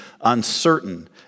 uncertain